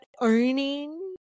owning